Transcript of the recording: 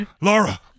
Laura